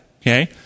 okay